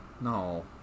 no